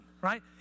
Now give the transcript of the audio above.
right